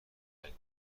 های